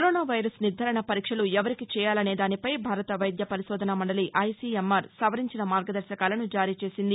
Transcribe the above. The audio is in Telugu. కరోనా వైరస్ నిర్దారణ పరీక్షలు ఎవరికి చేయాలనే దానిపై భారత వైద్య పరిశోధన మండలి ఐసీఎంఆర్ సవరించిన మార్గదర్శకాలను జారీ చేసింది